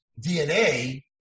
DNA